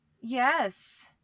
Yes